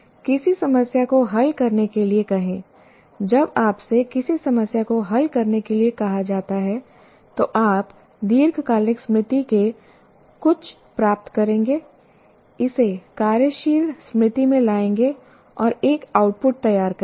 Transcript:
किसी समस्या को हल करने के लिए कहें जब आपसे किसी समस्या को हल करने के लिए कहा जाता है तो आप दीर्घकालिक स्मृति से कुछ प्राप्त करेंगे इसे कार्यशील स्मृति में लाएंगे और एक आउटपुट तैयार करेंगे